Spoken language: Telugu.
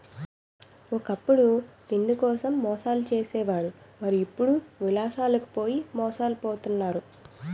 ఒకప్పుడు తిండికోసం మోసాలు చేసే వారు మరి ఇప్పుడు విలాసాలకు పోయి మోసాలు పోతారు